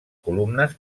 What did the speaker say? columnes